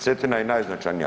Cetina je najznačajnija.